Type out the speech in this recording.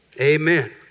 amen